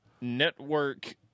network